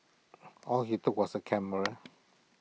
all he took was A camera